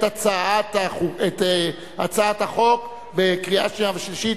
הצעת החוק בקריאה שנייה וקריאה שלישית.